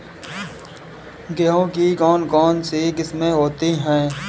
गेहूँ की कौन कौनसी किस्में होती है?